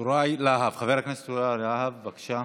חבר הכנסת יוראי להב, בבקשה.